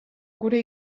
gure